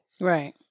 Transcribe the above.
Right